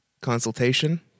consultation